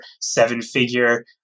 seven-figure